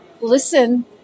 Listen